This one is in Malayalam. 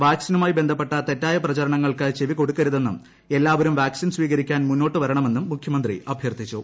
വാക്സിനുമായി ബന്ധപ്പെട്ട തെറ്റായ പ്രചാരണങ്ങൾക്ക് ചെവി കൊടുക്കരുതെന്നും എല്ലാവരും വാക്സിൻ സ്വീകരിക്കാൻ മുന്നോട്ട് വരണമെന്നും മുഖ്യമന്ത്രി് അഭ്യർത്ഥിച്ചു